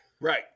Right